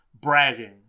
bragging